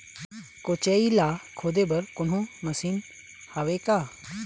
कोचई ला खोदे बर कोन्हो मशीन हावे का?